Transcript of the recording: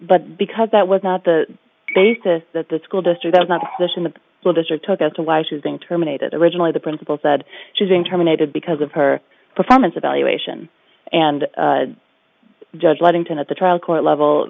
but because that was not the basis that the school district was not in the desert took as to why she's being terminated originally the principal said she's being terminated because of her performance evaluation and judge ludington at the trial court level